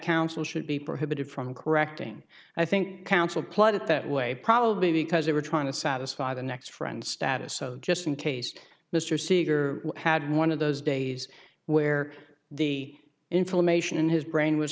council should be prohibited from correcting i think counsel played it that way probably because they were trying to satisfy the next friend status so just in case mr segar had one of those days where the inflammation in his brain was